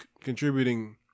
contributing